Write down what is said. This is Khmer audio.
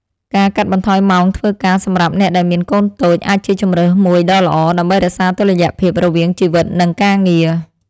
ការកាត់បន្ថយម៉ោងធ្វើការសម្រាប់អ្នកដែលមានកូនតូចអាចជាជម្រើសមួយដ៏ល្អ ដើម្បីរក្សាតុល្យភាពរវាងជីវិតនិងការងារ។